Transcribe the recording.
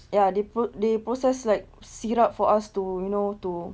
ya they pro~ they process like syrup for us to you know to